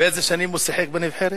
באיזה שנים הוא שיחק בנבחרת?